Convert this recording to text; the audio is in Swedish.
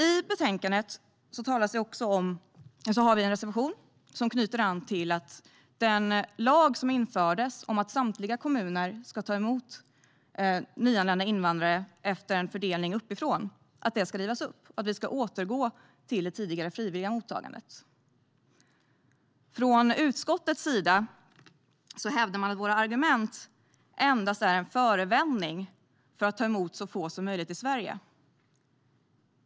I betänkandet har vi en reservation som handlar om att den lag som infördes om att samtliga kommuner ska ta emot nyanlända invandrare enligt en fördelning uppifrån ska rivas upp och att vi ska återgå till det tidigare frivilliga mottagandet. Från utskottets sida hävdar man att våra argument endast är en förevändning för att ta emot så få som möjligt i Sverige.